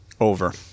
over